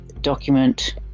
document